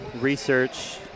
research